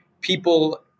people